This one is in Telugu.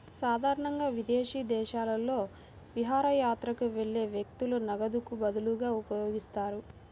సాధారణంగా విదేశీ దేశాలలో విహారయాత్రకు వెళ్లే వ్యక్తులు నగదుకు బదులుగా ఉపయోగిస్తారు